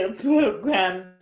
programs